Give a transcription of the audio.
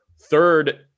third